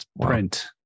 print